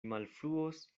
malfruos